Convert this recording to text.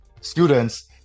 students